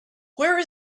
where